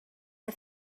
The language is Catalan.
que